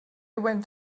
went